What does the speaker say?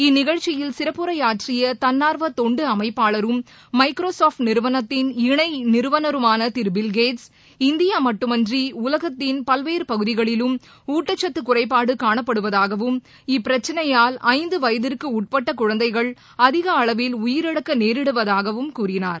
இந்நிகழ்ச்சியில் சிறப்புரையாற்றிய தன்னார்வ தொண்டு அமைப்பாளரும் மைக்ரோ சாப்ட் நிறுவனத்தின் இணை நிறுவனருமான திரு பில்கேட்ஸ் இந்தியா மட்டுமின்றி உலகத்தின் பல்வேறு பகுதிகளிலும் ஊட்டச்சத்து குறைபாடு காணப்படுவதாகவும் இப்பிரச்சனையால் ஐந்து வயதிற்குட்பட்ட குழந்தைகள் அதிக அளவில் உயிரிழக்க நேரிடுவதாகவும் கூறினார்